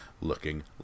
looking